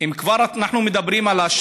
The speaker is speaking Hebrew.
אם כבר אנחנו מדברים על,